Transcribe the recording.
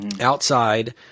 outside